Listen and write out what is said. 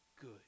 good